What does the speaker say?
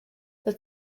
but